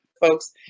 folks